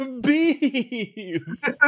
bees